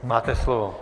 Máte slovo.